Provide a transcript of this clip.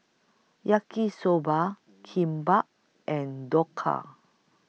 Yaki Soba Kimbap and Dhokla